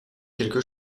quelque